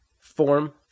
Form